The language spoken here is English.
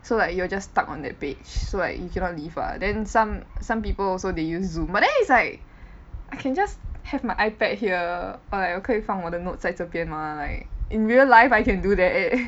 so like you're just stuck on that page so like you cannot leave what then some some people also they use Zoom but then it's like I can just have my Ipad here or like 我可以放我的 note 在这边 mah like in real life I can do that